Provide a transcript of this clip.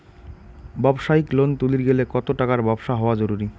ব্যবসায়িক লোন তুলির গেলে কতো টাকার ব্যবসা হওয়া জরুরি?